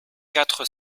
quatre